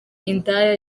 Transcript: indaya